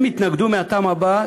הם התנגדו מהטעם הבא,